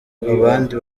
abandi